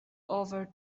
over